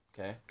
Okay